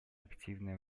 активное